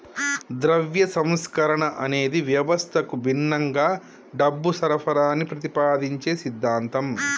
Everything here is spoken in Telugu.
ద్రవ్య సంస్కరణ అనేది వ్యవస్థకు భిన్నంగా డబ్బు సరఫరాని ప్రతిపాదించే సిద్ధాంతం